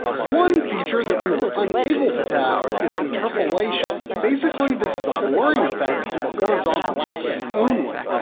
one feature that we were unable to test is interpolation? basically this is a blurring effect in the horizontal axis only,